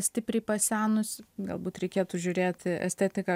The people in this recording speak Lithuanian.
stipriai pasenusi galbūt reikėtų žiūrėti estetiką